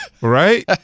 Right